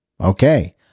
Okay